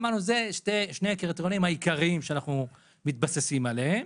החלטנו שאלה שני הקריטריונים העיקריים שאנחנו מתבססים עליהם,